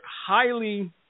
highly